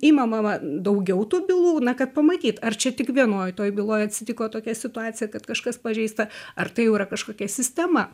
imamama daugiau tų bylų na kad pamatyt ar čia tik vienoj toj byloj atsitiko tokia situacija kad kažkas pažeista ar tai jau yra kažkokia sistema